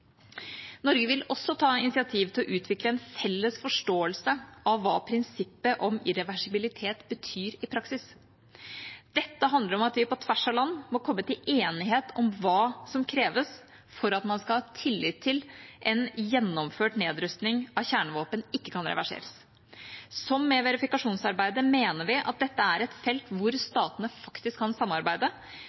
Norge vil også ta initiativ til å utvikle en felles forståelse av hva prinsippet om irreversibilitet betyr i praksis. Dette handler om at vi på tvers av land må komme til enighet om hva som kreves for at man kan ha tillit til at en gjennomført nedrustning av kjernevåpen ikke kan reverseres. Som med verifikasjonsarbeidet mener vi at dette er et felt der statene kan samarbeide,